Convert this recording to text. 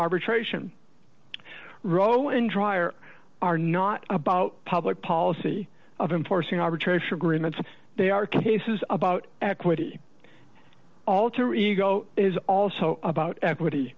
arbitration row and dryer are not about public policy of enforcing arbitrary sugar in that's they are cases about equity alter ego is also about equity